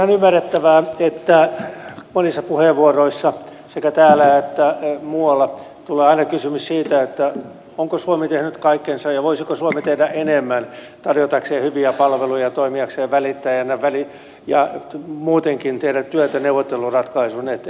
on ihan ymmärrettävää että monissa puheenvuoroissa sekä täällä että muualla tulee aina esille kysymys siitä onko suomi tehnyt kaikkensa ja voisiko suomi tehdä enemmän tarjotakseen hyviä palveluja ja toimiakseen välittäjänä ja muutenkin tehdä työtä neuvotteluratkaisun eteen